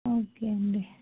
okay అండి